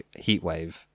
heatwave